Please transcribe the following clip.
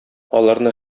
аларны